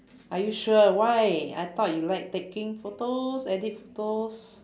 are you sure why I thought you like taking photos edit photos